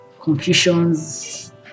confusions